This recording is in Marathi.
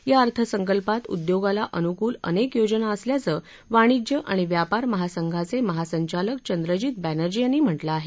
या अर्थसंकल्पात उद्योगाला अनुकूल अनेक योजना असल्याचं वाणिज्य आणि व्यापार महासंघाचे महासंघालक चंद्रजीत बँनर्जी यांनी म्हटलं आहे